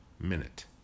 minute